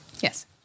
Yes